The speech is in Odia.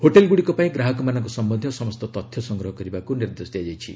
ହୋଟେଲ୍ଗୁଡ଼ିକ ପାଇଁ ଗ୍ରାହକମାନଙ୍କର ସମ୍ବନ୍ଧୀୟ ସମସ୍ତ ତଥ୍ୟ ସଂଗ୍ରହ କରିବାକୁ ନିର୍ଦ୍ଦେଶ ଦିଆଯାଇଛି